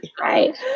Right